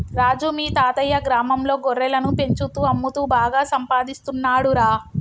రాజు మీ తాతయ్యా గ్రామంలో గొర్రెలను పెంచుతూ అమ్ముతూ బాగా సంపాదిస్తున్నాడురా